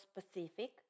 Specific